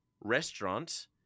restaurant